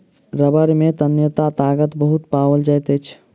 रबड़ में तन्यता ताकत बहुत पाओल जाइत अछि